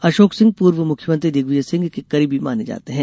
अशोक सिंह पूर्व मुख्यमंत्री दिग्विजय सिंह के करीबी माने जाते हैं